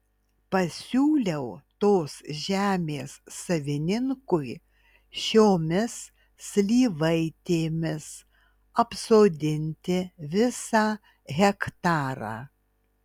pasiūliau tos žemės savininkui šiomis slyvaitėmis apsodinti visą hektarą